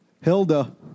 Hilda